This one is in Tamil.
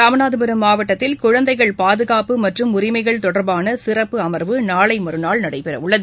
இராமநாதபுரம் மாவட்டத்தில் குழந்தைகள் பாதுகாப்பு மற்றும் உரிமைகள் தொடர்பான சிறப்பு அமர்வு நாளை மறுநாள் நடைபெற உள்ளது